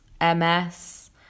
MS